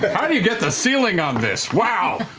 how do you get the ceiling on this? wow!